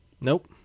Nope